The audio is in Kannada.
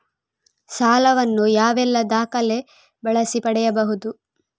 ಸಾಲ ವನ್ನು ಯಾವೆಲ್ಲ ದಾಖಲೆ ಬಳಸಿ ಪಡೆಯಬಹುದು?